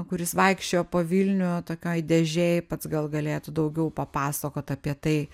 kur jis vaikščiojo po vilnių tokioj dėžėj pats gal galėtų daugiau papasakot apie tai